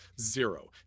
zero